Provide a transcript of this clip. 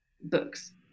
books